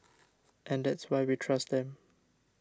and that's why we trust them